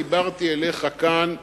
דיברתי אליך כאן,